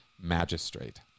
magistrate